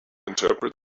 interpret